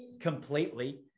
completely